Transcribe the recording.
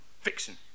Fiction